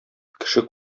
кеше